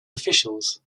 officials